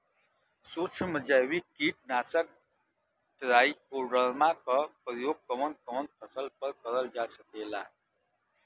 सुक्ष्म जैविक कीट नाशक ट्राइकोडर्मा क प्रयोग कवन कवन फसल पर करल जा सकेला?